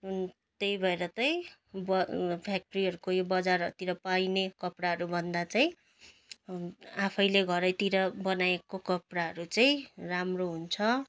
त्यही भएर त ब फ्याक्ट्रीहरूको यो बजारहरूतिर पाइने कपडाहरू भन्दा चाहिँ आफैले घरतिर बनाएको कपडाहरू चाहिँ राम्रो हुन्छ